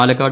Palakkad